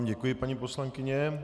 Děkuji vám, paní poslankyně.